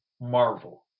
Marvel